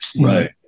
Right